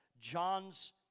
John's